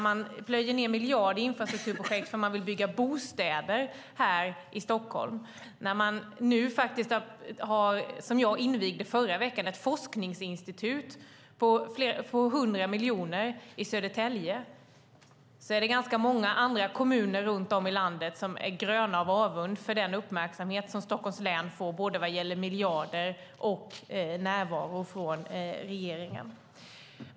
Man plöjer ned miljarder i infrastrukturprojekt för att man vill bygga bostäder här i Stockholm. Och jag invigde i förra veckan ett forskningsinstitut på 100 miljoner i Södertälje. Då är det ganska många andra kommuner runt om i landet som är gröna av avund för den uppmärksamhet som Stockholms län får vad gäller både miljarder och närvaro från regeringen.